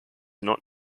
not